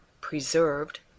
PRESERVED